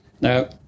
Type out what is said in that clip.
Now